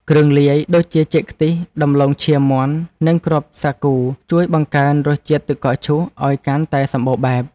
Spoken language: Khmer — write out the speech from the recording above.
គ្រឿងលាយដូចជាចេកខ្ទិះដំឡូងឈាមមាន់និងគ្រាប់សាគូជួយបង្កើនរសជាតិទឹកកកឈូសឱ្យកាន់តែសម្បូរបែប។